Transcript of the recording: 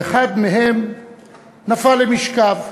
ואחד מהם נפל למשכב.